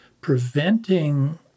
preventing